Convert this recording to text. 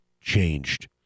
changed